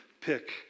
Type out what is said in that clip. pick